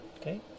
okay